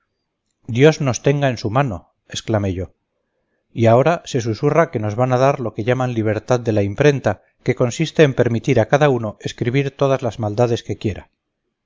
dios nos tenga en su mano exclamé yo y ahora se susurra que nos van a dar lo que llaman libertad de la imprenta que consiste en permitir a cada uno escribir todas las maldades que quiera